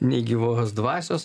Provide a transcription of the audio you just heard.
nei gyvos dvasios